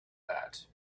that